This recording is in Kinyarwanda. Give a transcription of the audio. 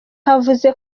yavuze